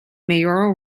mayoral